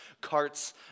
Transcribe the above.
carts